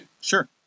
Sure